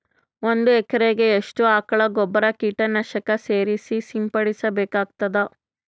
ಒಂದು ಎಕರೆಗೆ ಎಷ್ಟು ಆಕಳ ಗೊಬ್ಬರ ಕೀಟನಾಶಕ ಸೇರಿಸಿ ಸಿಂಪಡಸಬೇಕಾಗತದಾ?